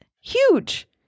huge